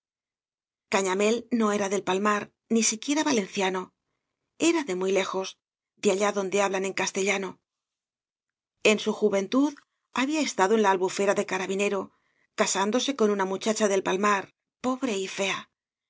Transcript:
cañamél no era del palmar ni siquiera valenciano era de muy lejos de allá donde hablan en castellano en su juventud había estado en la albufera de carabinero casándose con una mucha cha del palmar pobre y fea